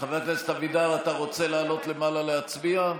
חבר הכנסת אבידר, אתה רוצה לעלות למעלה להצביע?